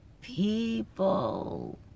people